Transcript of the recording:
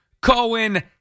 Cohen